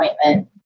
appointment